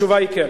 התשובה היא כן.